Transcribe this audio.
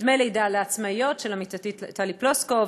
דמי לידה לעצמאיות של עמיתתי טלי פלוסקוב,